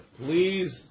please